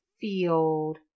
field